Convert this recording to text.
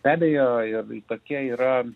be abejo ir tokia yra